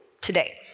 today